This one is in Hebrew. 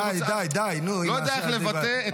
-- לא יודע איך לבטא,